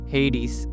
Hades